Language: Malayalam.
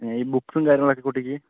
ഈ ബുക്ക്സും കാര്യങ്ങളൊക്കെ കുട്ടിക്ക്